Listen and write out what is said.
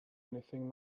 anything